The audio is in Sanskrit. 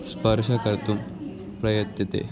स्पर्शं कर्तुं प्रयतते